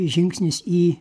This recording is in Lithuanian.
žingsnis į